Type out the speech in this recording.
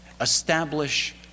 establish